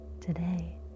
Today